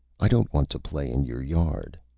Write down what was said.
i don't want to play in your yard.